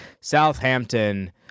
Southampton